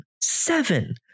seven